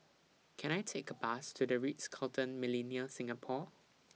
Can I Take A Bus to The Ritz Carlton Millenia Singapore